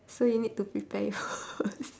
so you need to prepare yours